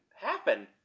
happen